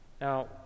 Now